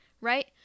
right